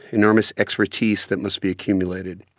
enormous expertise that must be accumulated.